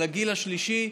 על הגיל השלישי,